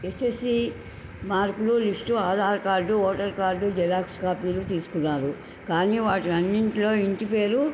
SSC మార్కులు list Aadhaar card voter card xerox కాపీలు తీసుకున్నారు కానీ వాటి అన్నింట్లో ఇంటి పేరు